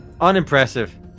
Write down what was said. Unimpressive